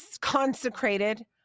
consecrated